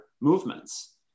movements